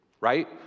right